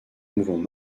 mouvement